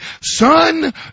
son